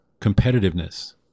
competitiveness